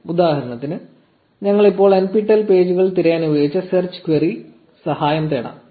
1156 ഉദാഹരണത്തിന് ഞങ്ങൾ ഇപ്പോൾ nptel പേജുകൾ തിരയാൻ ഉപയോഗിച്ച സെർച്ച് ക്യുറി ൽ സഹായം തേടാം